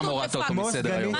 לא סתם הורדת אותו מסדר היום.